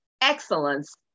excellence